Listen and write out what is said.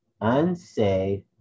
unsafe